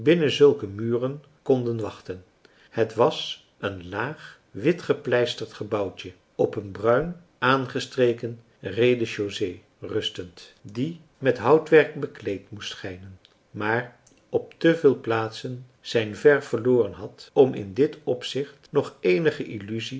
binnen zulke muren konden wachten het was een laag wit gepleisterd gebouwtje op een bruin aangestreken rez-de-chaussée rustend die met houtwerk bekleed moest schijnen maar op te veel plaatsen zijn verf verloren had om in dit opzicht nog eenige illusie